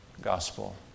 gospel